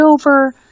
over